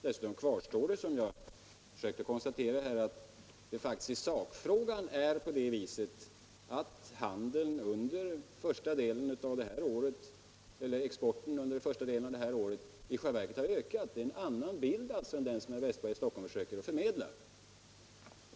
Dessutom kvarstår — vilket jag försökte tala om i mitt tidigare inlägg - att det faktiskt i sakfrågan är så att exporten till Israel under första delen av detta år i själva verket har ökat. Det är en annaun bild än den som herr Wästberg i Stockholm försöker förmedla.